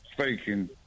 speaking